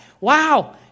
Wow